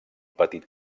petit